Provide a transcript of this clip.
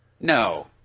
No